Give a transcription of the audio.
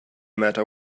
matter